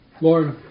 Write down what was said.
Lord